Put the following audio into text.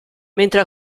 mentre